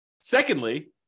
secondly